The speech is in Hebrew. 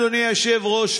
אדוני היושב-ראש,